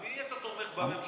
מה עשיתם?